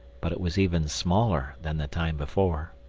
but it was even smaller than the time before.